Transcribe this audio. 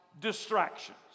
distractions